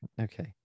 Okay